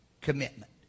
commitment